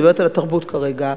אני מדברת על התרבות כרגע,